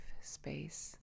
space